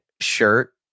shirt